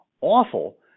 awful